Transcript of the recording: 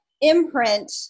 imprint